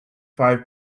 five